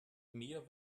mir